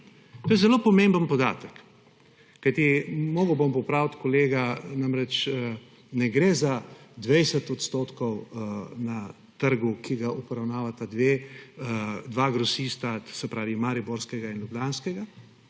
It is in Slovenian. To je zelo pomemben podatek, kajti moral bom popraviti kolega, namreč ne gre za 20 odstotkov na trgu, ki ga obravnavata dva grosista, to se pravi mariborskega in ljubljanskega,